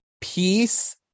peace